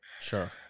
Sure